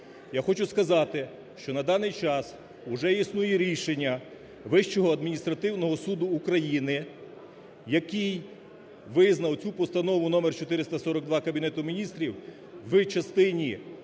Я хочу сказати, що на даний час уже існує рішення Вищого адміністративного суду України, який визнав цю Постанову № 442 Кабінету Міністрів в частині